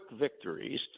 victories